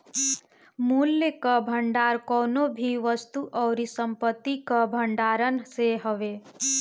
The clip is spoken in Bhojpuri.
मूल्य कअ भंडार कवनो भी वस्तु अउरी संपत्ति कअ भण्डारण से हवे